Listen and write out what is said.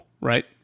right